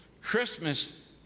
Christmas